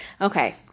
Okay